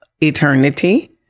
eternity